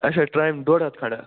آچھا ترٛامہِ ڈۄڈ ہتھ کھںٛڈ